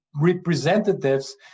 representatives